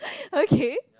okay